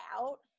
out